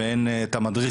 ואין את המדריך,